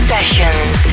Sessions